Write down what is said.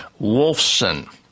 Wolfson